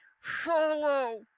Follow